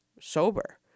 sober